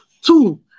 Two